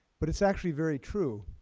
but it is actually very true.